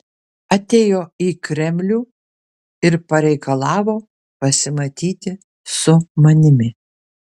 atėjo į kremlių ir pareikalavo pasimatyti su manimi